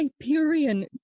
Hyperion